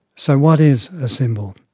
so what is a symbol?